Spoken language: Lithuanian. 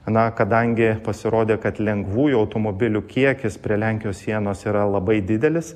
na kadangi pasirodė kad lengvųjų automobilių kiekis prie lenkijos sienos yra labai didelis